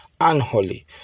unholy